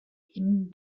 hidden